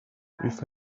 which